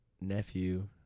nephew